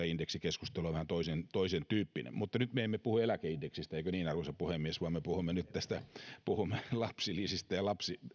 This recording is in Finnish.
indeksikeskustelu on vähän toisentyyppinen mutta nyt me emme puhu eläkeindeksistä eikö niin arvoisa puhemies vaan me puhumme nyt lapsilisistä